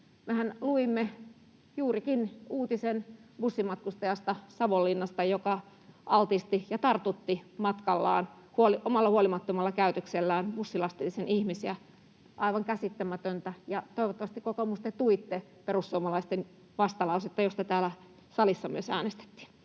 luimme juurikin uutisen Savonlinnasta bussimatkustajasta, joka altisti ja tartutti matkallaan omalla huolimattomalla käytöksellään bussilastillisen ihmisiä — aivan käsittämätöntä. Ja toivottavasti, kokoomus, te tuitte perussuomalaisten vastalausetta, josta täällä salissa myös äänestettiin.